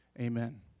Amen